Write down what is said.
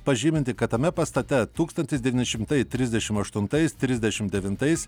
pažyminti kad tame pastate tūkstantis devyni šimtai trisdešim aštuntais trisdešim devintais